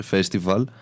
Festival